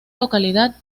localidad